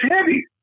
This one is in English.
heavy